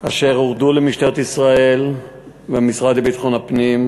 אשר הורדו למשטרת ישראל ולמשרד לביטחון הפנים.